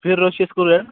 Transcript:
ferro ा Rochers करूयात